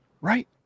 right